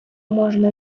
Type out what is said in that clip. можна